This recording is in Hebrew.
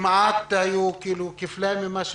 היו כמעט כפליים ממה שביקשנו,